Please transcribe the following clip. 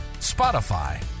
Spotify